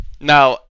now